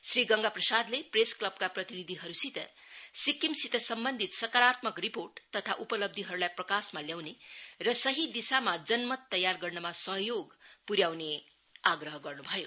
श्री गंगा प्रसादले प्रेस क्लबका प्रतिनिधिहरूसित सिक्किमसित सम्बन्धित सकारात्मक रिपोर्ट नथा उपलब्धीहरूलाई प्रकाशमा ल्याउने र सही दिशामा जनमत तयार गर्नमा योगदान प्र्याउने आग्रह गर्न् भयो